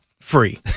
Free